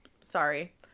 sorry